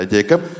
Jacob